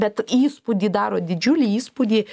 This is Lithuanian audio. bet įspūdį daro didžiulį įspūdį